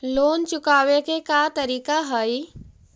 Loan चुकावे के का का तरीका हई?